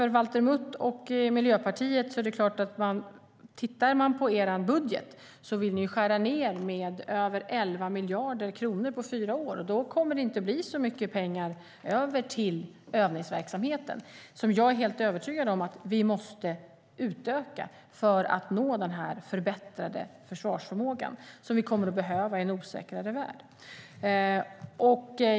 Tittar man på Miljöpartiets budget, Valter Mutt, ser man att ni vill skära ned med över 11 miljarder kronor på fyra år, och då kommer det inte att bli så mycket pengar över till övningsverksamheten. Jag är helt övertygad om att vi måste utöka den för att nå den förbättrade försvarsförmåga som vi kommer att behöva i en osäkrare värld.